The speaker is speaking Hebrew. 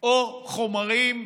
או חומרים,